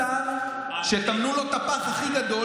השר שטמנו לו את הפח הכי גדול,